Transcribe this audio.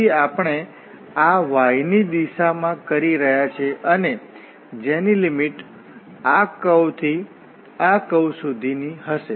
તેથી આપણે આ y ની દિશામાં કરી રહ્યા છીએ અને જેની લિમિટ આ કર્વ થી આ કર્વ સુધીની હશે